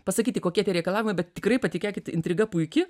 pasakyti kokie tie reikalavimai bet tikrai patikėkit intriga puiki